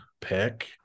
pick